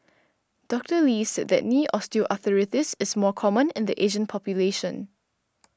Doctor Lee said that knee Osteoarthritis is more common in the Asian population